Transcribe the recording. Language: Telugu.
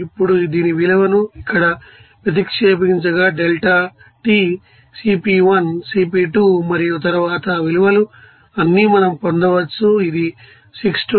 ఇప్పుడు దీని విలువను ఇక్కడ ప్రతిక్షేపించగా డెల్టా T Cp1 Cp2 మరియు తరువాత ఆ విలువలు అన్నీ మనం పొందవచ్చు ఇది 6207